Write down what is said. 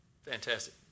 fantastic